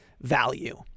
value